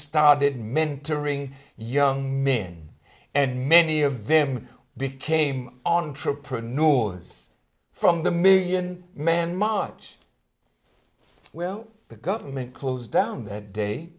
started mentoring young men and many of them became on true pro nords from the million man march well the government closed down that day